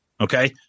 Okay